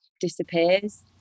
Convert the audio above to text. disappears